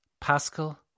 Pascal